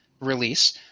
release